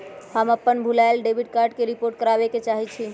हम अपन भूलायल डेबिट कार्ड के रिपोर्ट करावे के चाहई छी